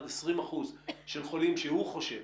עד 20% של חולים שהוא חושב,